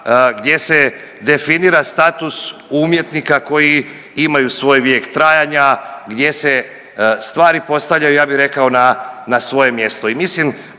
gdje se definira status umjetnika koji imaju svoj vijek trajanja, gdje se stvari postavljaju ja bi rekao na svoje mjesto. I mislim